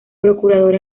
procurador